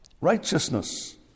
Righteousness